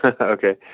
Okay